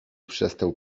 przestał